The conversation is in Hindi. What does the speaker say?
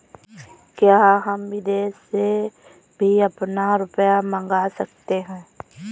क्या हम विदेश से भी अपना रुपया मंगा सकते हैं?